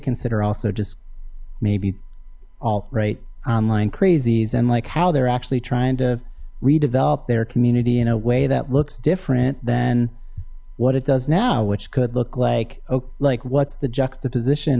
consider also just maybe all right online crazies and like how they're actually trying to redevelop their community in a way that looks different than what it does now which could look like oh like what's the juxtaposition